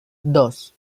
dos